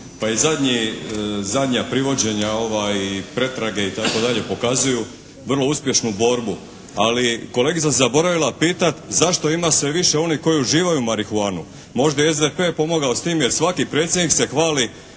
Pa i zadnja privođenja i pretrage itd., pokazuju vrlo uspješnu borbu. Ali kolegica je zaboravila pitat zašto ima sve više onih koji uživaju marihuanu? Možda je i SDP pomogao s tim, jer svaki predsjednik se hvali